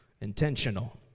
intentional